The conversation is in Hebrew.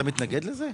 אתה מתנגד לזה.